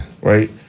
Right